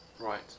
Right